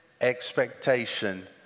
expectation